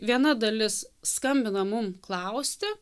viena dalis skambina mum klausti